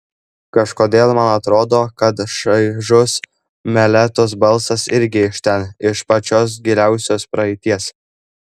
kažkodėl man atrodo kad šaižus meletos balsas irgi iš ten iš pačios giliausios praeities